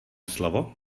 slovo